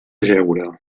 jeure